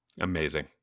Amazing